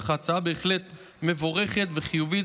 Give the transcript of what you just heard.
אך ההצעה בהחלט מבורכת וחיובית.